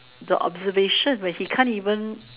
the observation when he can't even